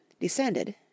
descended